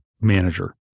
manager